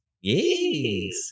yes